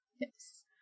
Yes